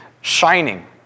shining